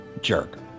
jerk